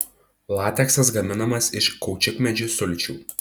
lateksas gaminamas iš kaučiukmedžių sulčių